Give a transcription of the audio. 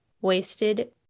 wasted